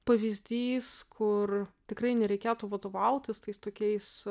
pavyzdys kur tikrai nereikėtų vadovautis tais tokiais